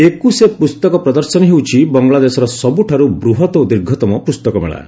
ଏକୁ ସେ ପୁସ୍ତକ ପ୍ରଦର୍ଶିନୀ ହେଉଛି ବଙ୍ଗଳାଦେଶର ସବୁଠାରୁ ବୃହତ ଓ ଦୀର୍ଘତମ ପୁସ୍ତକ ମେଳା